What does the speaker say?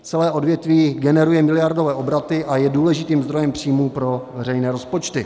Celé odvětví generuje miliardové obraty a je důležitým zdrojem příjmů pro veřejné rozpočty.